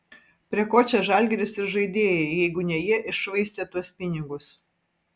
prie ko čia žalgiris ir žaidėjai jeigu ne jie iššvaistė tuos pinigus